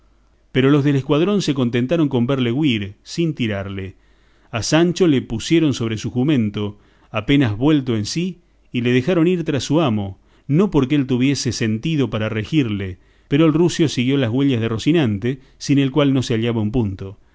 pero los del escuadrón se contentaron con verle huir sin tirarle a sancho le pusieron sobre su jumento apenas vuelto en sí y le dejaron ir tras su amo no porque él tuviese sentido para regirle pero el rucio siguió las huellas de rocinante sin el cual no se hallaba un punto